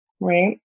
Right